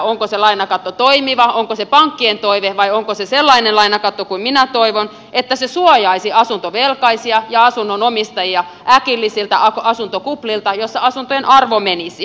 onko se lainakatto toimiva onko se pankkien toive vai onko se sellainen lainakatto kuin minä toivon eli että se suojaisi asuntovelkaisia ja asunnonomistajia äkillisiltä asuntokuplilta joissa asuntojen arvo menisi